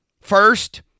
First